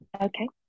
Okay